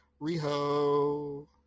reho